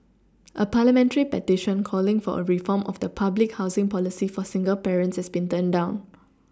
a parliamentary petition calling for a reform of the public housing policy for single parents has been turned down